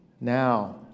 now